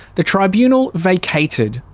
the tribunal vacated,